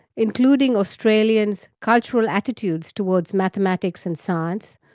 including australians' cultural attitudes towards mathematics and science,